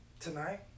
Tonight